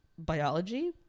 biology